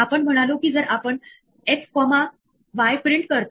आपण याचा वापर आपली प्रोग्रामिंग शैली बदलण्यासाठी देखील करू शकतो